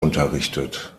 unterrichtet